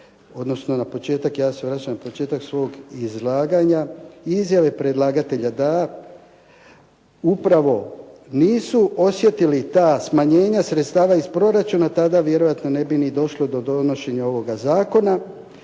odnosno na početak ja se vraćam na početak svog izlaganja i izjave predlagatelja da upravo nisu osjetili ta smanjenja sredstava iz proračuna, tada vjerojatno ne bi ni došlo do donošenja ovoga zakona